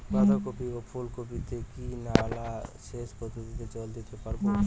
বাধা কপি ও ফুল কপি তে কি নালা সেচ পদ্ধতিতে জল দিতে পারবো?